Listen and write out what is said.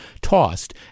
tossed